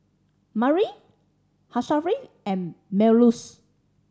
Murni Asharaff and Melurs